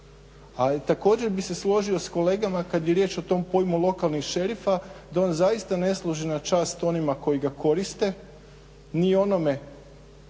Ali također bi se složio s kolegama kad je riječ o tom pojmu lokalnih šerifa da on zaista ne služi na čast onima koji ga koriste ni onome